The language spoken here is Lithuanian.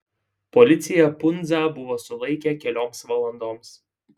policija pundzą buvo sulaikę kelioms valandoms